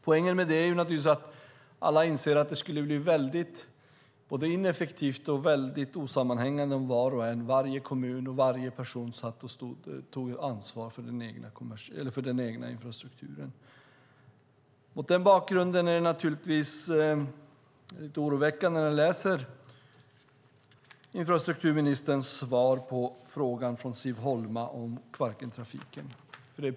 Poängen med det är naturligtvis att alla inser att det skulle bli både ineffektivt och osammanhängande om varje kommun och varje person tog ansvar för den egna infrastrukturen. Mot denna bakgrund är naturligtvis infrastrukturministerns svar på Siv Holmas interpellation om Kvarkentrafiken oroväckande.